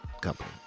company